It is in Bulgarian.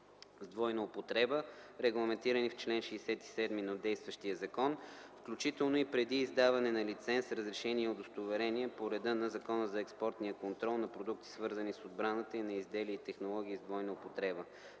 двойна употреба, регламентирани в чл. 67 на действащия закон, включително и преди издаване на лиценз, разрешение и удостоверение по реда на Закона за експортния контрол на продукти, свързани с отбраната, и на изделия и технологии с двойна употреба.